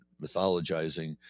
mythologizing